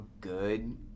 good